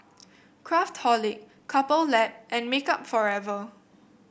Craftholic Couple Lab and Makeup Forever